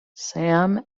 sam